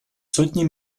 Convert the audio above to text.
сотни